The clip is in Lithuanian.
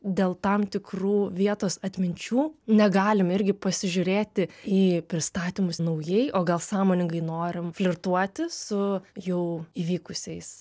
dėl tam tikrų vietos atminčių negalim irgi pasižiūrėti į pristatymus naujai o gal sąmoningai norim flirtuoti su jau įvykusiais